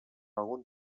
algun